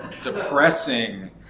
depressing